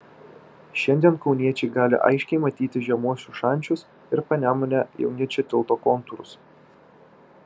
šiandien kauniečiai gali aiškiai matyti žemuosius šančius ir panemunę jungiančio tilto kontūrus